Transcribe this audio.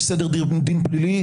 יש סדר דין פלילי,